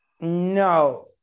No